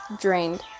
drained